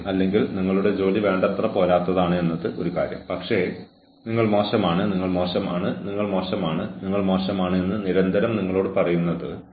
ഒരിക്കലും നിങ്ങളുടെ വിരൽ ഉപയോഗിച്ച് നിങ്ങൾ തീർത്തും ഉപയോഗശൂന്യനാണ് നിങ്ങൾക്ക് ഒന്നും സംഭവിക്കില്ല ഒന്നും ചെയ്യാൻ കഴിയില്ല എന്ന് പറയരുത്